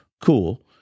cool